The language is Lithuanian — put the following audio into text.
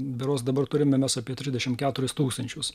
berods dabar turime mes apie trisdešimt keturis tūkstančius